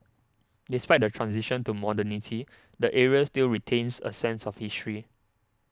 despite the transition to modernity the area still retains a sense of history